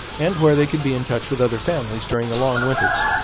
and where they could be in touch with other families during the long winters.